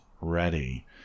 ready